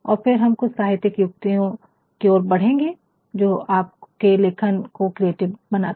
फिर हम कुछ साहित्यिक युक्तियों कि ओर बढ़ेंगे जो आपके लेखन को क्रिएटिव बनाती है